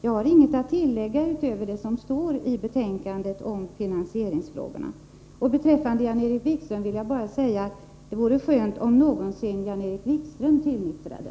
Jag har inget att tillägga utöver det som står i betänkandet om finansieringsfrågorna. Beträffande Jan-Erik Wikströms inlägg vill jag bara säga att det vore skönt om någonsin Jan-Erik Wikström tillnyktrade.